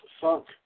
Funk